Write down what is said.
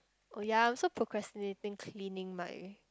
oh ya I'm also procrastinating cleaning my